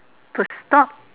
could stop